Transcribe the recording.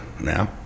now